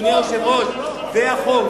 אדוני היושב-ראש, זה החוק.